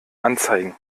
anzeigen